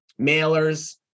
mailers